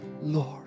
Lord